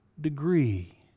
degree